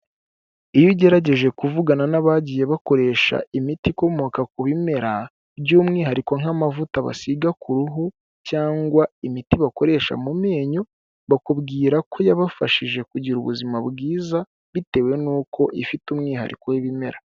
Iyo ugerageje kuvugana n'abagiye bakoresha imiti ikomoka ku bimera, by'umwihariko nk'amavuta basiga ku ruhu cyangwa imiti bakoresha mu menyo. Bakubwira ko yabafashije kugira ubuzima bwiza, bitewe n'uko ifite umwihariko w'ibimera.